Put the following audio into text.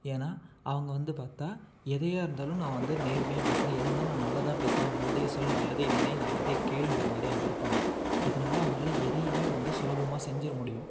ஏன்னா அவங்க வந்து பார்த்தா எதையாருந்தாலும் நான் வந்து நேர்மையாக பேசுகிறேன் எதாயிருந்தாலும் நான் நல்லதாக பேசுகிறேன் நல்லதே சொல் நல்லதே நினை நல்லதே கேளுங்குற மாதிரி அவங்க இருப்பாங்க அதனால் அவங்களால் எதையுமே வந்து சுலபமாக செஞ்சிட முடியும்